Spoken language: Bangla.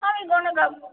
আমি ঘরে থাকব